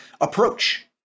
approach